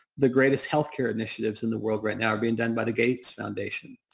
the greatest health care initiatives in the world right now are being done by the gates foundation.